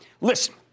Listen